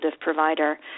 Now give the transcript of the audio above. provider